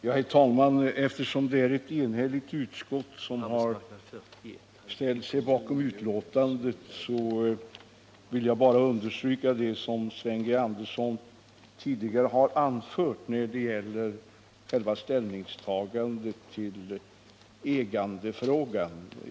Herr talman! Eftersom ett enigt utskott har ställt sig bakom betänkandet vill jag bara understryka det som Sven G. Andersson tidigare har anfört när det gäller själva ställningstagandet till ägandefrågan.